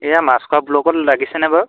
এয়া মাছখোৱা ব্লকত লাগিছেনে বাৰু